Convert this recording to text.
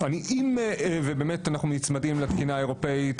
אם אנחנו נצמדים לתקינה האירופאית,